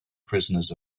prisoners